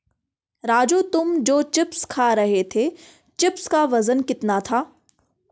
राजू तुम जो चिप्स खा रहे थे चिप्स का वजन कितना था?